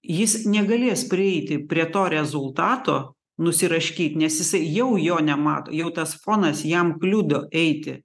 jis negalės prieiti prie to rezultato nusiraškyt nes jisai jau jo nemato jau tas fonas jam kliudo eiti